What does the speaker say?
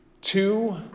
two